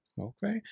Okay